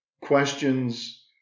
Questions